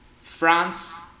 France